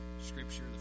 Scripture